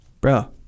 bro